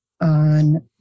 on